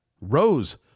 rose